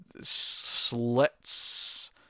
slits